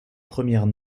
premières